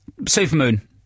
Supermoon